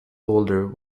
holder